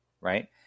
right